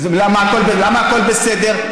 למה הכול בסדר?